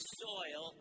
soil